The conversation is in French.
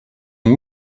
ont